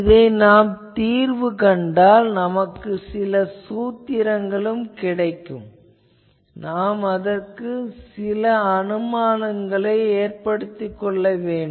இதை நாம் தீர்வு கண்டால் நமக்குப் சில சூத்திரங்களும் கிடைக்கும் அதற்கு நாம் சில அனுமானங்களைக் கொள்ள வேண்டும்